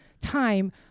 time